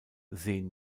sehen